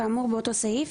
כאמור באותו סעיף,